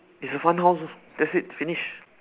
it's a fun house that's it finish